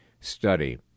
study